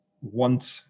want